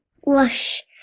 wash